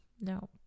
no